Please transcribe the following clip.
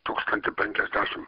tūkstantį penkiasdešim